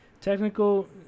Technical